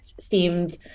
seemed